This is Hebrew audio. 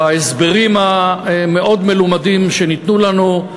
בהסברים המאוד מלומדים שניתנו לנו,